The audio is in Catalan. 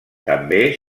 també